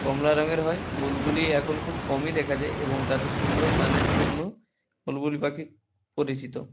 কমলা রঙের হয় বুলবুলি এখন খুব কমই দেখা যায় এবং তাদের সুন্দর গানের জন্য বুলবুলি পাখি পরিচিত